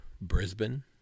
Brisbane